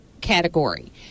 category